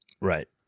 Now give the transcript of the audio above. right